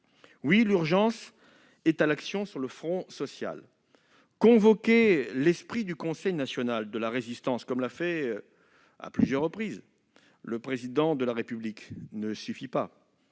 Oui, l'urgence est à l'action sur le front social ! Convoquer l'esprit du Conseil national de la Résistance, comme l'a fait à plusieurs reprises le Président de la République, ne suffit pas.